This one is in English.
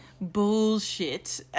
bullshit